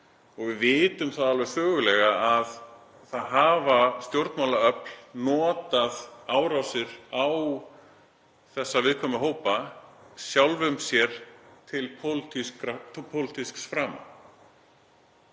Við vitum það alveg sögulega að stjórnmálaöfl hafa notað árásir á þessa viðkvæmu hópa sjálfum sér til pólitísks frama.